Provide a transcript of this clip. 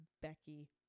Becky